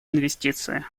инвестиции